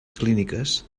clíniques